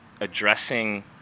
addressing